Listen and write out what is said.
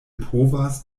povas